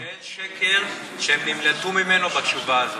שאין שקר שהם נמלטו ממנו בתשובה הזו.